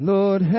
Lord